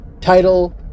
title